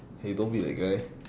!hey! don't be that guy